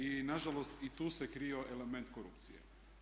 I nažalost i tu se krio element korupcije.